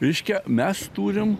reiškia mes turim